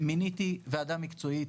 מיניתי ועדה מקצועית.